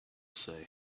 say